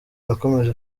yakomeje